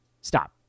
Stop